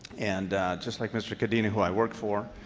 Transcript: and just like mr. cadena, who i work for,